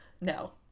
No